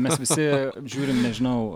mes visi žiūrim nežinau